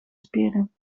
spieren